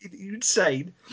Insane